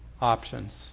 options